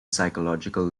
psychological